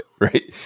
right